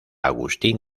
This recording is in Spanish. agustín